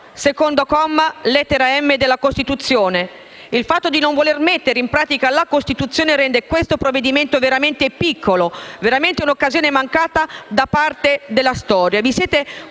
secondo comma, lettera *m)*, della Costituzione. Il fatto di non voler mettere in pratica la Costituzione rende questo provvedimento veramente piccolo: un'occasione mancata di fare la Storia.